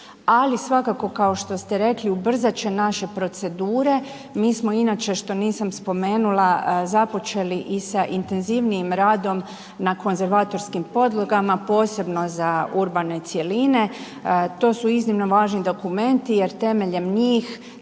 ali svakako kao što ste rekli ubrzat će naše procedure. Mi smo inače što nisam spomenula započeli i sa intenzivnijim radom na konzervatorskim podlogama, posebno za urbane cjeline. To su iznimno važni dokumenti jer temeljem njih